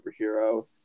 superhero